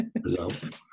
result